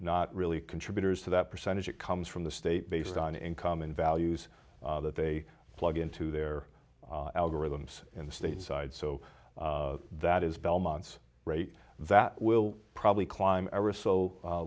not really contributors to that percentage it comes from the state based on income and values that they plug into their algorithms in the state side so that is belmont's rate that will probably climb everest so